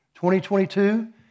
2022